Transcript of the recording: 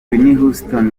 houston